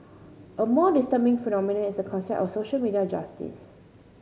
a more disturbing phenomenon is the concept of social media justice